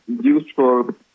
useful